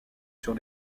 sur